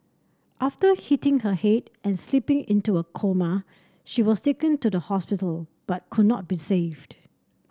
after hitting her head and slipping into a coma she was taken to the hospital but could not be saved